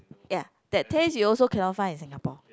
ya that taste you also cannot find in Singapore